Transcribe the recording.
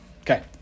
Okay